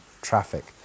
traffic